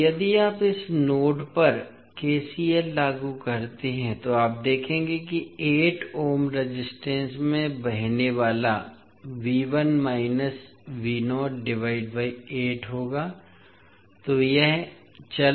इसलिए यदि आप इस नोड पर केसीएल लागू करते हैं तो आप देखेंगे कि 8 ओम रेजिस्टेंस में बहने वाला होगा